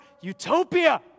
utopia